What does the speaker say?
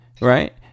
Right